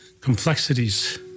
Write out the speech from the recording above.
complexities